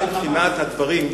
גם מבחינת הדברים,